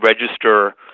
register